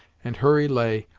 and hurry lay,